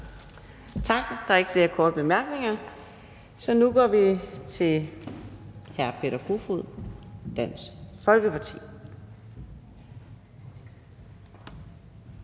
Tak. Der er ikke flere korte bemærkninger. Så nu går vi til hr. Peter Kofod, Dansk Folkeparti.